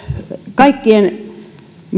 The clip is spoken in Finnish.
kaikkien